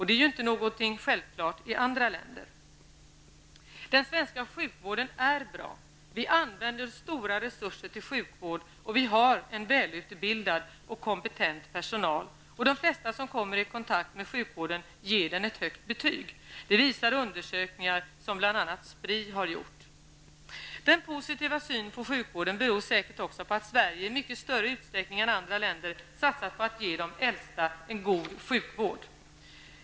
Det är inte något självklart i andra länder. Den svenska sjukvården är bra. Vi använder stora resurser till sjukvård, och vi har en välutbildad och kompetent personal. De flesta som kommer i kontakt med sjukvården ger den en högt betyg. Det visar bl.a. undersökningar som SPRI har gjort. Den positiva synen på sjukvården beror säkert också på att Sverige, i mycket större utsträckning än andra länder, satsat på att ge de äldsta en god sjukvård.